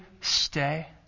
stay